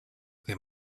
there